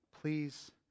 Please